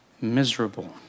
miserable